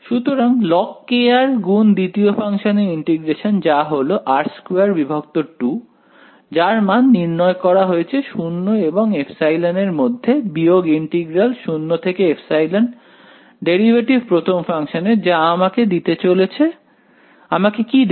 সুতরাং log গুণ দ্বিতীয় ফাংশনের ইন্টিগ্রেশন যা হলো r22 যার মান নির্ণয় করা হয়েছে 0 এবং ε এর মধ্যে বিয়োগ ইন্টিগ্রাল 0 থেকে ε ডেরিভেটিভ প্রথম ফাংশানের যা আমাকে দিতে চলেছে আমাকে কি দেবে